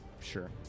Sure